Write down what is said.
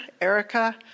Erica